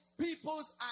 people's